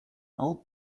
old